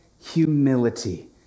Humility